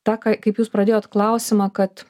tą ką kaip jūs pradėjot klausimą kad